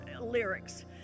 lyrics